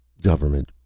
government.